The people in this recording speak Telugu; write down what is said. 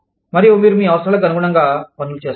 మరియు మీరు మీ అవసరాలకు అనుగుణంగా పనులు చేస్తారు